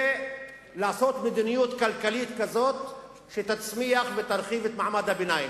זה לעשות מדיניות כלכלית כזאת שתצליח ותרחיב את מעמד הביניים.